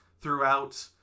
throughout